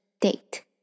date